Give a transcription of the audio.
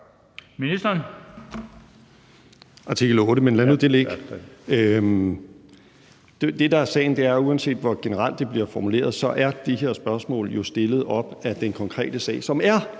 uanset hvor generelt det bliver formuleret, er det her spørgsmål jo stillet op ad den konkrete sag, som er